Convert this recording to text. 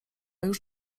już